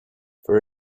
there